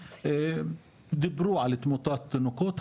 דיברו על תמותת תינוקות,